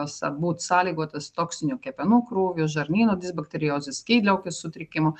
sa būt sąlygotas toksinių kepenų krūvių žarnyno disbakteriozės skydliaukės sutrikimų